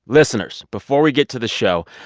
listeners, before we get to the show,